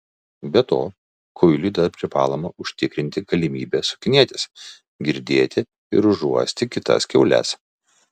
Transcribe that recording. be to kuiliui dar privaloma užtikrinti galimybę sukinėtis girdėti ir užuosti kitas kiaules